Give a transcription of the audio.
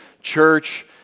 church